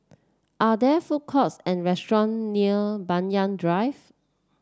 are there food courts and restaurant near Banyan Drive